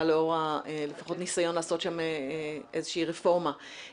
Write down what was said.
לאור לפחות הניסיון לעשות שם איזה שהיא רפורמה.